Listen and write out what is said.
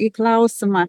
į klausimą